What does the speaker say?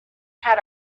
had